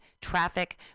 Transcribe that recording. traffic